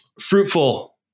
fruitful